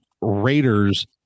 Raiders